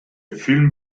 film